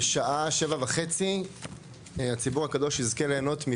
אנחנו נחזור חזרה בשעה 20:00 בין היתר לגבי עדכון על נושא הריביות,